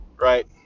right